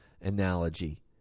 analogy